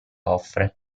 offre